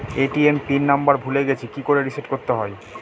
ATM PIN number ভুলে গেছি কি করে রিসেট করতে হয়?